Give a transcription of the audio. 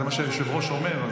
זה מה שהיושב-ראש אומר,